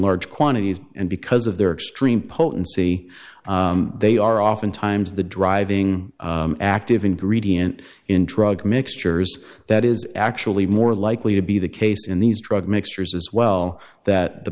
large quantities and because of their extreme potency they are oftentimes the driving active ingredient in drug mixtures that is actually more likely to be the case in these drug mixtures as well that the